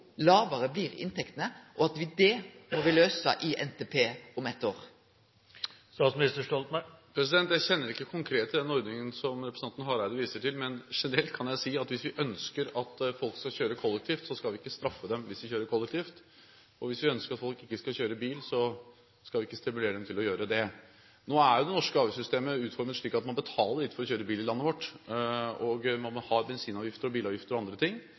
blir inntektene. Det må me løyse i NTP om eitt år. Jeg kjenner ikke konkret til den ordningen som representanten Hareide viste til, men generelt kan jeg si at hvis vi ønsker at folk skal kjøre kollektivt, skal vi ikke straffe dem hvis de kjører kollektivt, og hvis vi ønsker at folk ikke skal kjøre bil, skal vi ikke stimulere dem til å gjøre det. Nå er jo det norske avgiftssystemet utformet slik at man betaler litt for å kjøre bil i landet vårt, og man må ha bensinavgifter, bilavgifter og andre ting.